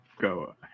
go